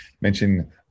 mention